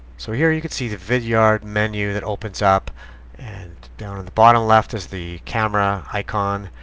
so here you can see the vidyard menu that opens up and down in the bottom left is the camera icon.